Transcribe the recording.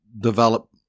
develop